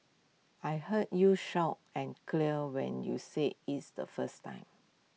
I heard you and clear when you said is the first time